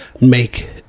make